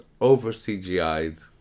over-CGI'd